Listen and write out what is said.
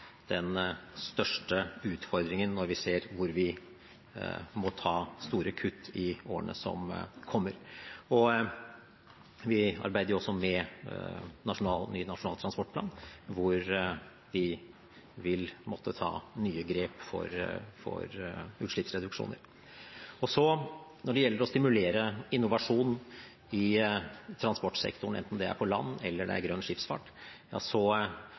den største utfordringen når vi ser hvor vi må ta store kutt i årene som kommer. Vi arbeider også med ny nasjonal transportplan, hvor vi vil måtte ta nye grep for utslippsreduksjoner. Så når det gjelder å stimulere innovasjon i transportsektoren, enten det er på land eller det er grønn skipsfart,